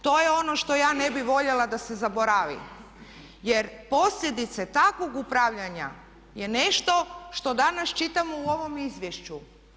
To je ono što ja ne bih voljela da se zaboravi, jer posljedice takvog upravljanja je nešto što danas čitamo u ovom izvješću.